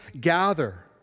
gather